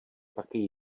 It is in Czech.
taky